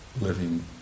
living